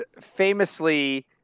famously